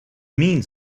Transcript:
means